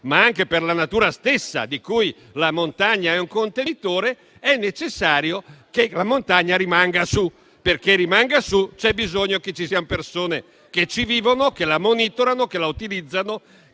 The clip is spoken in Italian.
ma anche per la natura stessa, di cui la montagna è un contenitore, è necessario che la montagna rimanga su; e perché ciò avvenga c'è bisogno di persone che vivano in montagna, che la monitorino, che la utilizzino,